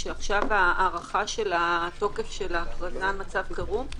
שעכשיו זה הארכה של התוקף של ההכרזה על מצב חירום,